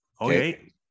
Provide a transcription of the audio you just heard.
Okay